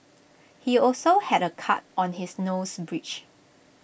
he also had A cut on his nose bridge